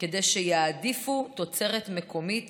כדי שיעדיפו תוצרת מקומית